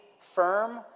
firm